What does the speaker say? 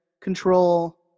control